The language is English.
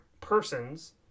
persons